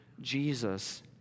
Jesus